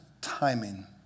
timing